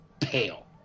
pale